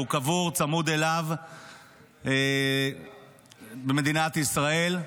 והוא קבור צמוד אליו במדינת ישראל.